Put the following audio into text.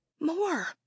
more